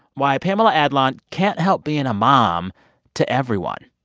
why pamela adlon can't help being a mom to everyone,